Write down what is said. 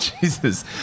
Jesus